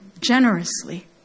generously